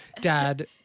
dad